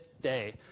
day